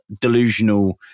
delusional